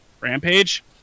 Rampage